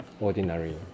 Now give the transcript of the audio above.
ordinary